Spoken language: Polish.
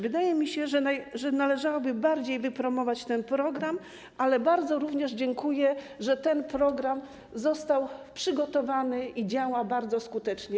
Wydaje mi się, że należałoby bardziej wypromować ten program, ale również bardzo dziękuję, że ten program został przygotowany i działa bardzo skutecznie.